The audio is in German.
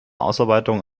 ausarbeitung